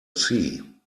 sea